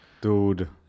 dude